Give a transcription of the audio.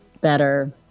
...better